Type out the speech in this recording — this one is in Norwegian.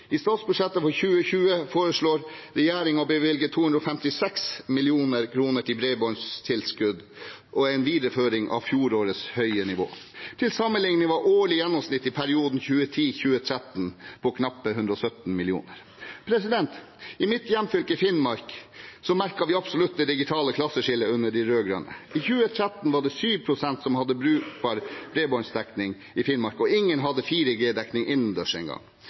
I statsbudsjettet for 2020 foreslår regjeringen å bevilge 256 mill. kr i bredbåndstilskudd – en videreføring av fjorårets høye nivå. Til sammenligning var årlig gjennomsnitt i perioden 2010–2013 på knapt 117 mill. kr. I mitt hjemfylke, Finnmark, merket vi absolutt det digitale klasseskillet under de rød-grønne. I 2013 var det 7 pst. som hadde brukbar bredbåndsdekning i Finnmark, og ingen hadde